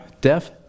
deaf